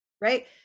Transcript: right